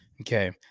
Okay